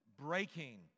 breaking